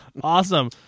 Awesome